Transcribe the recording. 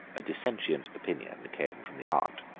a dissentient opinion came from the aunt.